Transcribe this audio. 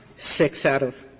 six out of